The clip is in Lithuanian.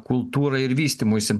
kultūrai ir vystymuisi